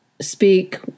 speak